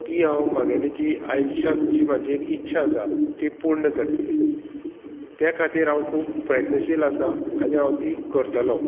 ती हांव म्हागेली जी आयुश्यांत जी म्हाजी एक इच्छा आसा ती पूर्ण करची त्या खातीर हांव खूब प्रयत्नशील आसा आनी हांव ती करतलों